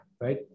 right